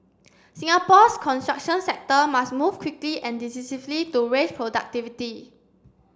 Singapore's construction sector must move quickly and decisively to raise productivity